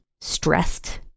stressed